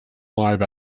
live